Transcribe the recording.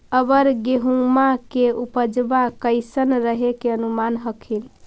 अबर गेहुमा के उपजबा कैसन रहे के अनुमान हखिन?